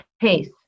pace